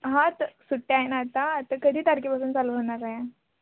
हां सुट्ट्या आहे ना आता आता कधी तारखेपासून चालू होणार आहे